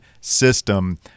system